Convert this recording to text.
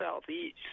southeast